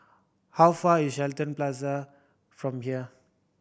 how far is Shenton Plaza from here